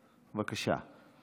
בבקשה.